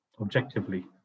objectively